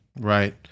Right